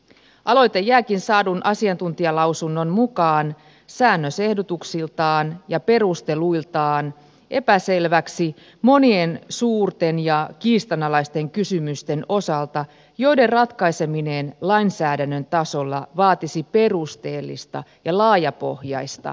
aloite jääkin saadun asiantuntijalausunnon mukaan säännös ehdotuksiltaan ja perusteluiltaan epäselväksi monien suurten ja kiistanalaisten kysymysten osalta joiden ratkaiseminen lainsäädännön tasolla vaatisi perusteellista ja laajapohjaista paneutumista